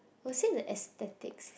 was it the aesthetics